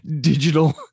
digital